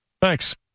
thanks